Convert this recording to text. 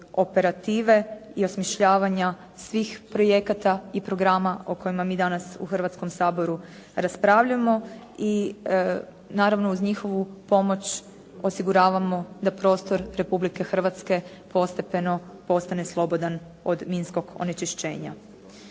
operative i osmišljavanja svih projekata i programa o kojima mi danas u Hrvatskom saboru raspravljamo. Naravno uz njihovu pomoć osiguravamo da prostor Republike Hrvatske postepeno postane slobodan od minskog onečišćenja.